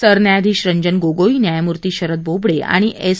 सरन्यायाधीश रंजन गोगोई न्यायमूर्ती शरद बोबडे आणि एस